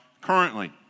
currently